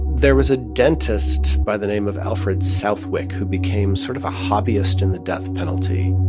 there was a dentist by the name of alfred southwick who became sort of a hobbyist in the death penalty.